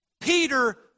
Peter